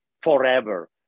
forever